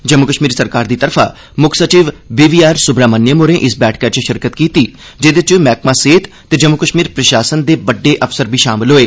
जम्मू कश्मीर सरकार दी तरफा मुक्ख सचिव बी वी आर सुब्रामण्यम होरें इस बैठका च शिरकत कीती जेह्दे च मैह्कमा सेहृत ते जम्मू कश्मीर प्रशासन दे बड्डे अफसर बी शामल होए